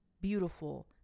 beautiful